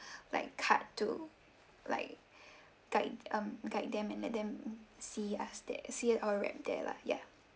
like card to like guide um guide them and let them see us there see our rep there lah ya